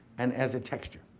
and as a texture.